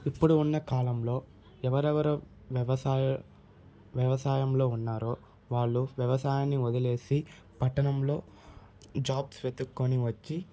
ఇప్పుడున్న కాలంలో ఎవరెవరు వ్యవసాయ వ్యవసాయంలో ఉన్నారో వాళ్ళు వ్యవసాయాన్ని వదిలేసి పట్టణంలో జాబ్స్ వెతుకొని వచ్చి